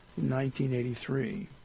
1983